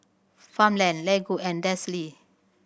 Farmland Lego and Delsey